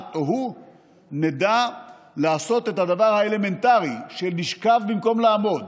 את או הוא נדע לעשות את הדבר האלמנטרי של לשכב במקום לעמוד.